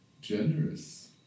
generous